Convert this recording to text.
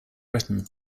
britain